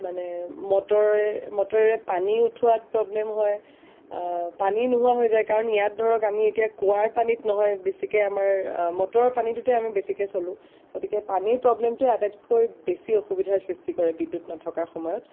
মানে মটৰ মটৰেৰে পানী উঠোৱাত প্ৰব্লেম হয় পানী নোহোৱা হৈ যায় কাৰণ ইয়াত ধৰক আমি এতিয়া কুঁৱাৰ পানীত নহয় বেছিকে আমাৰ মটৰ পানীটোতে আমি বেছিকে চলোঁ গতিকে পানীৰ প্ৰব্লেমটোৱেই আটাইতকৈ বেছি অসুবিধাৰ সৃষ্টি কৰে বিদ্যুত নথকাৰ সময়ত